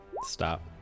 Stop